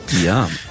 Yum